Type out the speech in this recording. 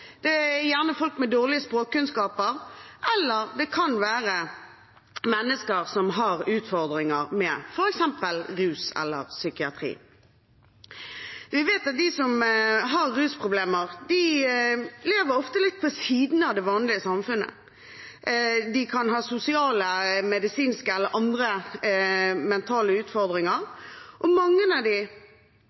det er gjerne folk med dårlige språkkunnskaper, eller det kan være mennesker som har utfordringer med f.eks. rus eller psykiatri. Vi vet at de som har rusproblemer, ofte lever litt på siden av det vanlige samfunnet. De kan ha sosiale, medisinske eller andre mentale utfordringer, og mange av